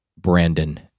Brandon